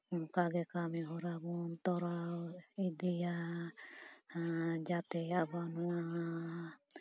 ᱚᱱᱠᱟ ᱜᱮ ᱠᱟᱹᱢᱤ ᱦᱚᱨᱟ ᱵᱚᱱ ᱠᱚᱨᱟᱣ ᱤᱫᱤᱭᱟ ᱟᱨ ᱡᱟᱛᱮ ᱟᱵᱚ ᱱᱚᱣᱟ